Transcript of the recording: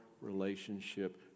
relationship